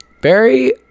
Barry